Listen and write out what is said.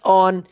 on